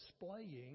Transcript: displaying